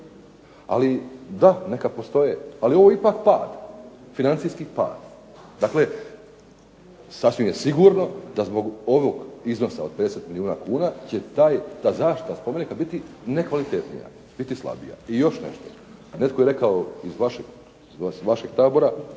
Ali da, neka postoje, ali ovo je ipak pad, financijski pad. Dakle sasvim je sigurno da zbog ovog iznosa od 50 milijuna kuna će taj, ta zaštita spomenika biti najkvalitetnija, biti slabija. I još nešto, netko je rekao iz vašeg tabora